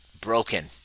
broken